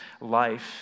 life